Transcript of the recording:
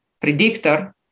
predictor